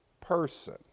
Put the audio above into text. person